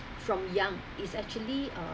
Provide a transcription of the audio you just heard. from young is actually uh